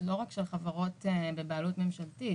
לא רק של חברות בבעלות ממשלתית,